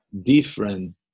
different